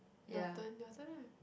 your turn your turn ah